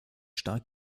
stark